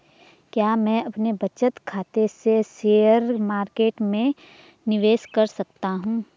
क्या मैं अपने बचत खाते से शेयर मार्केट में निवेश कर सकता हूँ?